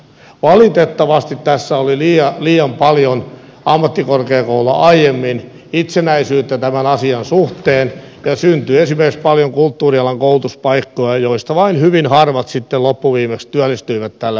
valitettavasti tässä oli liian paljon ammattikorkeakouluilla aiemmin itsenäisyyttä tämän asian suhteen ja syntyi esimerkiksi paljon kulttuurialan koulutuspaikkoja joista vain hyvin harvat sitten loppuviimeksi työllistyivät tälle alalle